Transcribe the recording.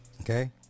okay